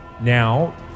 now